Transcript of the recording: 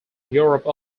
europe